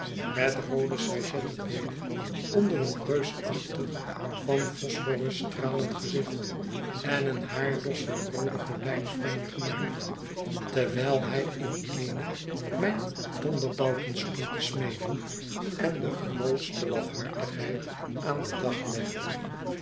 met roode sajetten beenen onder een reusachtig van phosphorus stralend gezicht en een haardos van roode gordijnfranje gema'akt terwijl hij in eene mijn donderbouten stond te smeden en de grootste lafhartigheid aan den dag legde